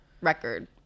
record